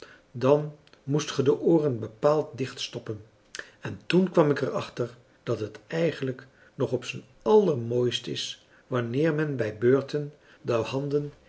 dan moest ge de ooren bepaald dichtstoppen en toen kwam ik er achter dat het eigenlijk nog op zijn allermooist is wanneer men bij beurten de handen